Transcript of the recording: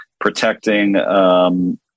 protecting